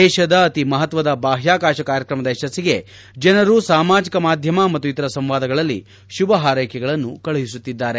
ದೇಶದ ಅತಿ ಮಹತ್ವದ ಬಾಹ್ವಾಕಾಶ ಕಾರ್ಯಕ್ರಮದ ಯಶ್ಲಿಗೆ ಜನರು ಸಾಮಾಜಿಕ ಮಾಧ್ಯಮ ಮತ್ತು ಇತರ ಸಂವಾದಗಳಲ್ಲಿ ಶುಭ ಹಾರೈಕೆಗಳನ್ನು ಕಳುಹಿಸುತ್ತಿದ್ದಾರೆ